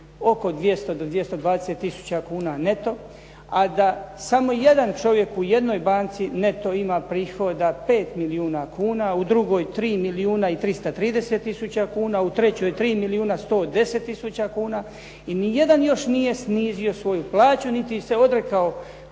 oko 200 do 220 tisuća kuna neto, a da samo jedan čovjek u jednoj banci neto ima prihoda 5 milijuna kuna, u drugoj 3 milijuna i 330 tisuća kuna, u trećoj 3 milijuna 110 tisuća kuna i ni jedan još nije snizio svoju plaću niti se odrekao